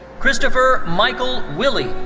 christopher michael willey.